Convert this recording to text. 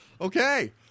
okay